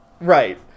Right